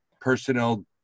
personnel